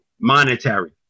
monetary